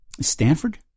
Stanford